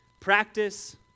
practice